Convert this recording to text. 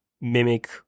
mimic